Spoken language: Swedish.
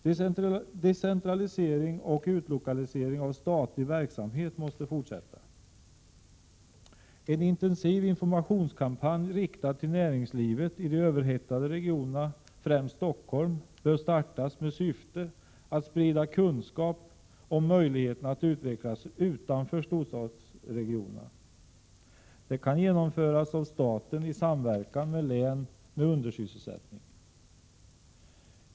Decentralisering och utlokalisering av statlig verksamhet måste fortsätta. En intensiv informationskampanj, riktad till näringslivet i de överhettade regionerna — främst Stockholm — bör startas, med syfte att sprida kunskap om möjligheten att utvecklas utanför storstadsområdena. Den kan genomföras av staten i samverkan med län med undersysselsättning.